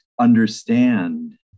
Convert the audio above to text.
understand